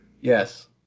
yes